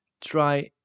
Try